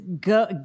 go